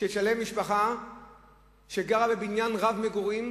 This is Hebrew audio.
שתשלם משפחה שגרה בבניין מגורים,